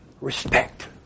respect